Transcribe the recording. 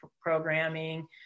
programming